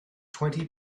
twenty